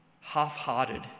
half-hearted